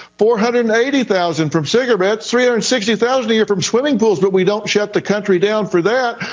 four hundred eighty thousand from cigarette shriller and sixty thousand a year from swimming pools. but we don't shut the country down for that.